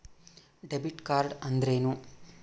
Debit card ಅಂದ್ರೇನು?